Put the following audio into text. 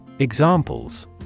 Examples